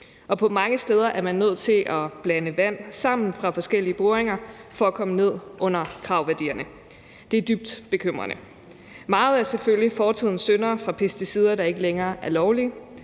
på mange steder er man nødt til at blande vand sammen fra forskellige boringer for at komme ned under kravværdierne. Det er dybt bekymrende. Meget er selvfølgelig fortidens synder fra pesticider, der ikke længere er lovlige,